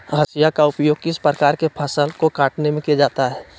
हाशिया का उपयोग किस प्रकार के फसल को कटने में किया जाता है?